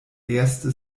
erste